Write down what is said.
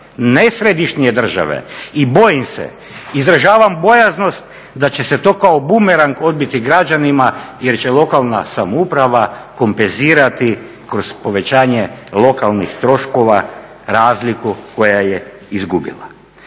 ne središnje države. I bojim se, izražavam bojaznost da će se to kao bumerang odbiti građanima jer će lokalna samouprava kompenzirati kroz povećanje lokalnih troškova razliku koju je izgubila.